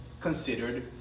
Considered